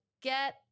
get